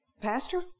pastor